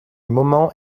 moment